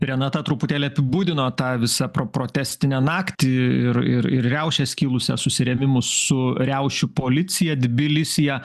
renata truputėlį apibūdino tą visą pro protestinę naktį ir ir ir riaušes kilusias susirėmimus su riaušių policija tbilisyje